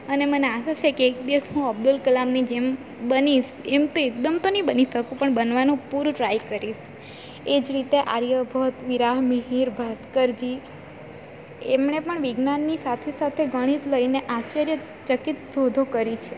અને મને આશા સે કે એક દિવસ હું અબ્દુલ કલામની જેમ બનીશ એમ તો એકદમ તો ની બની શકું પણ બનવાનો પૂરો ટ્રાય કરીશ એ જ રીતે આર્યભટ્ટ વિરાહ મિહિર ભાસ્કરજી એમને પણ વિજ્ઞાનની સાથે સાથે ગણિત લઈને આશ્યર્યચકિત શોધો કરી છે